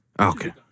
Okay